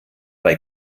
bei